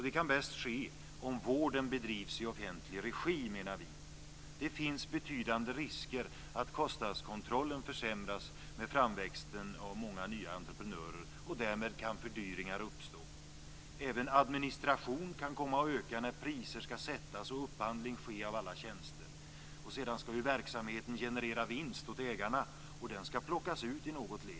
Det kan bäst ske om vården bedrivs i offentlig regi, menar vi. Det finns betydande risker att kostnadskontrollen försämras med framväxten av många nya entreprenörer, och därmed kan fördyringar uppstå. Även administrationen kan komma att öka när priser skall sättas och upphandling ske av alla tjänster. Sedan skall ju verksamheten generera vinst åt ägarna, och den skall plockas ut i något led.